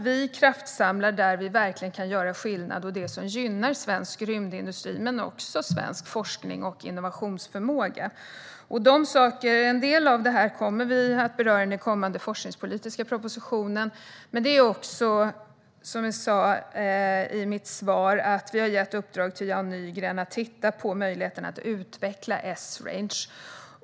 Vi kraftsamlar där vi verkligen kan göra skillnad och gynna svensk rymdindustri, forskning och innovationsförmåga. Några av dessa saker kommer vi att beröra i den kommande forskningspolitiska propositionen. Som jag sa i mitt svar har vi gett Jan Nygren i uppdrag att titta på möjligheterna att utveckla Esrange.